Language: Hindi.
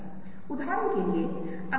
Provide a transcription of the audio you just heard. क्या हमारे पास छतरियों के नीचे कुछ है